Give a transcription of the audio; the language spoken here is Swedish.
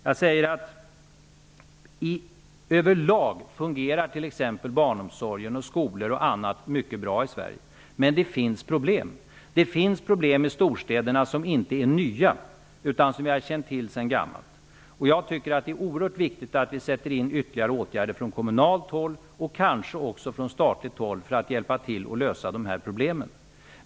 Jag säger att exempelvis barnomsorgen och skolor över lag fungerar mycket bra i Sverige, men det finns problem. Det finns problem i storstäderna som inte är nya, utan som vi känt till sedan gammalt. Det är oerhört viktigt att ytterligare åtgärder sätts in från kommunalt håll och kanske också från statligt håll för att hjälpa till att lösa dessa problem.